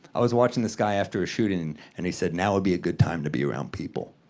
i was watching this guy after a shooting, and he said now would be a good time to be around people.